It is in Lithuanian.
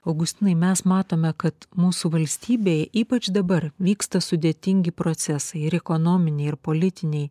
augustinai mes matome kad mūsų valstybėj ypač dabar vyksta sudėtingi procesai ir ekonominiai ir politiniai